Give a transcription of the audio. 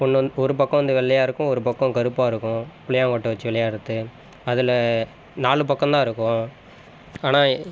ஒன்று வந் ஒரு பக்கம் வந்து வெள்ளையா இருக்கும் ஒரு பக்கம் கருப்பாக இருக்கும் புளியாங்கொட்டை வச்சு விளையாடுறது அதில் நாலு பக்கம் தான் இருக்கும் ஆனால்